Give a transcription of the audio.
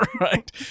right